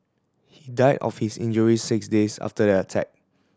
he died of his injuries six days after the attack